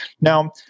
Now